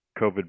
COVID